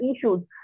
issues